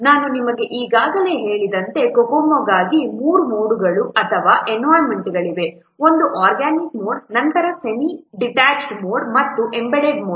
ನಾನು ನಿಮಗೆ ಈಗಾಗಲೇ ಹೇಳಿದಂತೆ COCOMO ಗಾಗಿ 3 ಮೋಡ್ಗಳು ಅಥವಾ ಎನ್ವಿರಾನ್ಮೆಂಟ್ಗಳಿವೆ ಒಂದು ಆರ್ಗ್ಯಾನಿಕ್ ಮೋಡ್ ನಂತರ ಸೆಮಿಡಿಟ್ಯಾಚ್ಡ್ ಮೋಡ್ ಮತ್ತು ಎಂಬೆಡೆಡ್ ಮೋಡ್